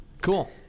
Cool